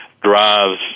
Drives